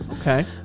Okay